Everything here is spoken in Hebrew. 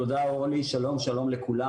תודה, אורלי, שלום לכולם.